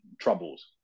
troubles